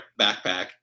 backpack